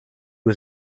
was